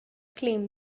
claim